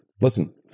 listen